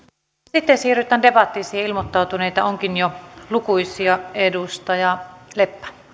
sitten siirrytään debattiin siihen ilmoittautuneita onkin jo lukuisia edustaja leppä